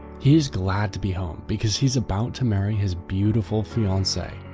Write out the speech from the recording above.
he is glad to be home because he is about to marry his beautiful fiancee,